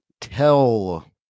tell